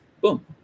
boom